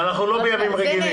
אנחנו לא בימים רגילים.